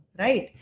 right